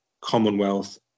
Commonwealth